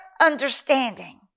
understanding